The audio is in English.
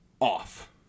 off